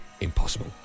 impossible